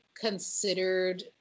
considered